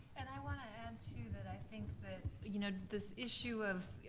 and i wanna, and too, that i think that you know this issue of